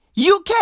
UK